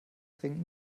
dringend